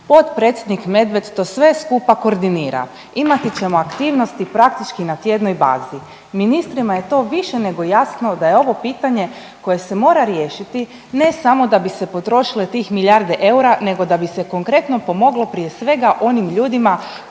Potpredsjednik Medved to sve skupa koordinira, imati ćemo aktivnosti praktički na tjednoj bazi. Ministrima je to više nego jasno da je ovo pitanje koje se mora riješiti ne samo da bi se potrošile tih milijarde eura nego da bi se konkretno pomoglo prije svega onim ljudima